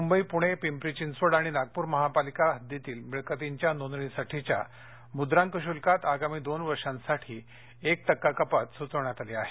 मुंबई पुणे पिंपरी थिंचवड आणि नागपूर महापालिका हद्दीतील मिळकतींच्या नोंदणीसाठीच्या मुद्रांक शुल्कात आगामी दोन वर्षांसाठी एक टक्का कपात सुचवण्यात आली आहे